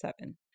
seven